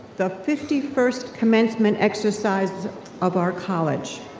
the fifty first commencement exercise of our college.